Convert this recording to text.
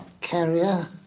carrier